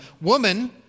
Woman